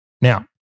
Now